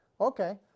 Okay